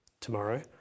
tomorrow